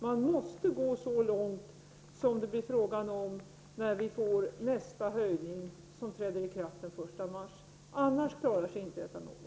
Man måste gå så långt som till den nivå som det blir fråga om vid nästa höjning, som träder i kraft den 1 mars, annars klarar sig inte etanolen.